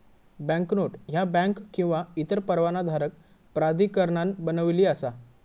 banknote ह्या bank किंवा इतर परवानाधारक प्राधिकरणान बनविली असा